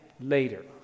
later